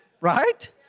right